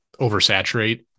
oversaturate